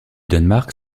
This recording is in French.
danemark